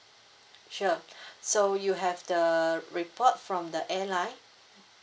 sure so you have the report from the airline